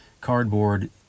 Cardboard